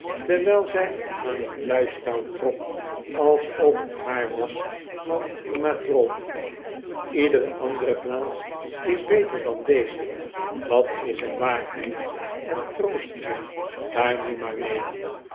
terwijl zij aan t pluistouw trok alsof het haar was van de matrone ledere andere plaats is beter dan deze dat s een waarheid en troost je daar nu maar mee